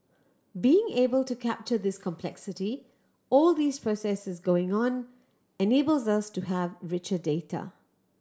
being able to capture this complexity all these processes going on enables us to have richer data